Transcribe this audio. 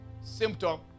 symptom